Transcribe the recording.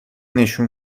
نشون